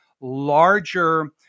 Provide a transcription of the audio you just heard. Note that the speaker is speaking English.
larger